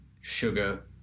sugar